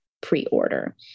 pre-order